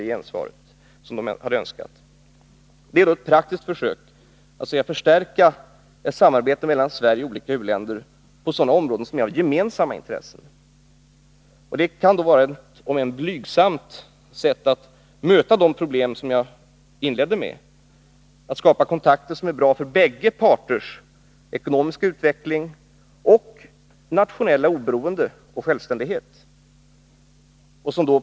Den typ av organ som vi här föreslår innebär att man praktiskt försöker skapa instrument för att förstärka ett samarbete mellan Sverige och olika u-länder på sådana områden som är av gemensamt intresse. Det kan vara ett, om än blygsam: sätt att möta de problem som jag inledningsvis talade om. Man försöker skapa kontakter som är bra för båda parters ekonomiska utveckling, nationella oberoende och självständighet.